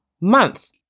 month